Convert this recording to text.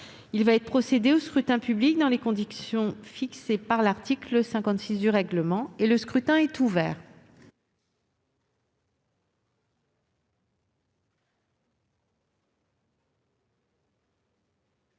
Il va être procédé au scrutin dans les conditions fixées par l'article 56 du règlement. Le scrutin est ouvert.